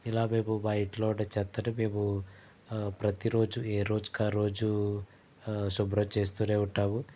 ఇలా మేము మా ఇంట్లో ఉన్న చెత్తను మేము ప్రతీ రోజు ఏ రోజుకారోజు శుభ్రం చేస్తూనే ఉంటాము